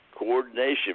coordination